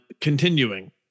continuing